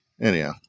anyhow